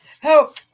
Help